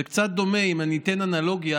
זה קצת דומה, אם אני אתן אנלוגיה,